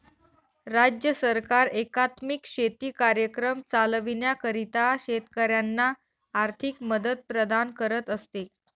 राज्य सरकार एकात्मिक शेती कार्यक्रम चालविण्याकरिता शेतकऱ्यांना आर्थिक मदत प्रदान करत असते